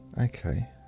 Okay